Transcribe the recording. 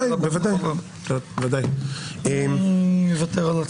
אני מוותר.